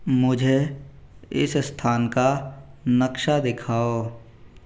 मुझे इस स्थान का नक्शा दिखाओ